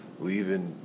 leaving